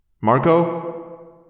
Marco